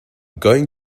going